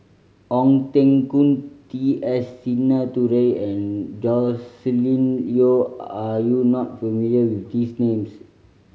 Ong Teng Koon T S Sinnathuray and Joscelin Yeo are you not familiar with these names